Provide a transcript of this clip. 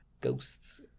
ghosts